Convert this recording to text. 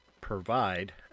provide